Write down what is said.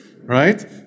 right